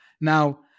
Now